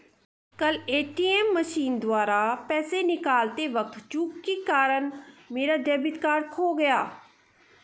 कल ATM machine द्वारा पैसे निकालते वक़्त चूक के कारण मेरा डेबिट कार्ड खो गया